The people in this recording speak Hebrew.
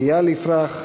איל יפרח,